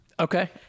Okay